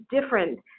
different